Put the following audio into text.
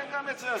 גם את זה.